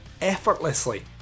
effortlessly